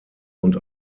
und